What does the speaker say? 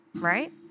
right